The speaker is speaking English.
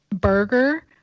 burger